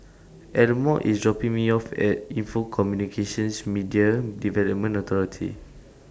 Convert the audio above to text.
Elmore IS dropping Me off At Info Communications Media Development Authority